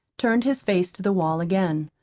turned his face to the wall again.